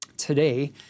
Today